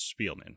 Spielman